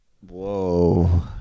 whoa